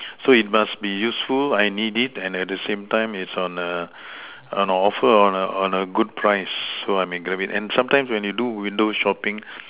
so it must be useful I need it and at the same time it's on on offer on a on a good price so I may Grab it and sometimes when you do window shopping